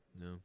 No